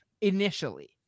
initially